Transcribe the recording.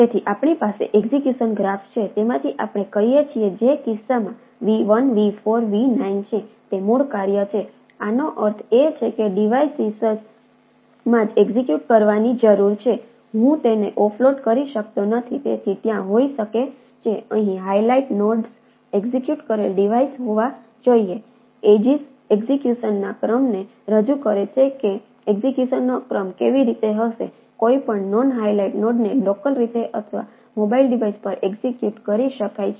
તેથી આપણી પાસે એક્ઝેક્યુશન ગ્રાફ લોકલ રીતે અથવા મોબાઇલ ડિવાઇસ પર એક્ઝિક્યુટ કરી શકાય છે